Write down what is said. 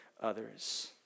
others